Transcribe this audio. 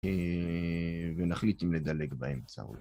ונחליט אם לדלג באמצעות.